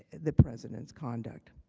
the president's conduct.